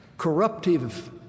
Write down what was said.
Corruptive